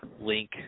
link